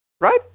right